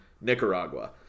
Nicaragua